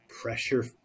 pressure